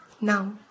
Now